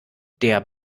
der